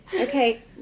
Okay